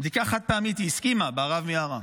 בדיקה חד-פעמית, היא הסכימה, בהרב מיארה,